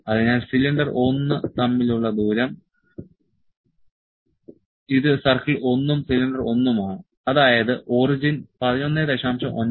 അതിനാൽ സിലിണ്ടർ 1 തമ്മിലുള്ള ദൂരം ഇത് സർക്കിൾ 1 ഉം സിലിണ്ടർ 1 ഉം ആണ് അതായത് ഒറിജിൻ 11